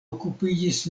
okupiĝis